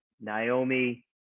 Naomi